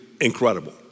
incredible